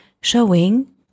showing